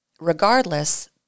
regardless